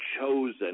chosen